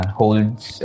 holds